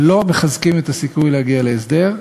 לא מחזקים את הסיכוי להגיע להסדר,